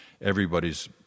everybody's